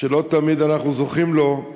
שלא תמיד אנחנו זוכים לו,